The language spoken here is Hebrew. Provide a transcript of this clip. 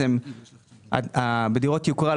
בדירות יוקרה,